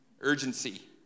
urgency